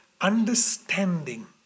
understanding